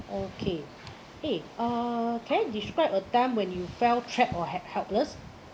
okay eh uh can you describe a time when you felt trap or help~ helpless